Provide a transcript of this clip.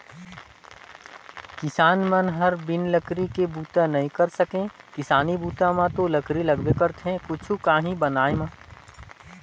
किसान मन हर बिन लकरी के बूता नइ कर सके किसानी बूता म तो लकरी लगबे करथे कुछु काही बनाय म